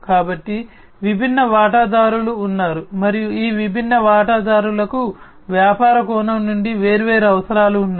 కాబట్టి విభిన్న వాటాదారులు ఉన్నారు మరియు ఈ విభిన్న వాటాదారులకు వ్యాపార కోణం నుండి వేర్వేరు అవసరాలు ఉన్నాయి